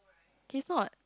he's not